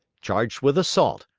charged with assault,